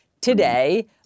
today